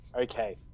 okay